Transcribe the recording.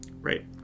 right